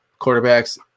quarterbacks